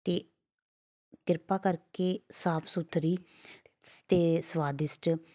ਅਤੇ ਕਿਰਪਾ ਕਰਕੇ ਸਾਫ ਸੁਥਰੀ ਅਤੇ ਸਵਾਦਿਸ਼ਟ